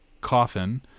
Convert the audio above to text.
coffin